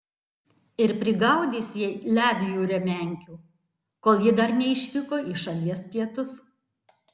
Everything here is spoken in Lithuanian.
ir prigaudys jai ledjūrio menkių kol ji dar neišvyko į šalies pietus